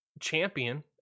champion